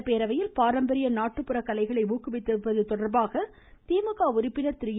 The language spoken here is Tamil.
சட்டப்பேரவையில் பாரம்பரிய நாட்டுப்புற கலைகளை ஊக்குவிப்பது தொடர்பாக திமுக உறுப்பினர் எ